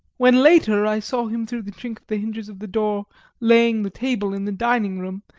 when later i saw him through the chink of the hinges of the door laying the table in the dining-room,